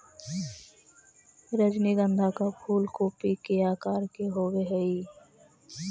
रजनीगंधा का फूल कूपी के आकार के होवे हई